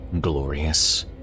glorious